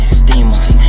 steamers